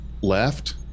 left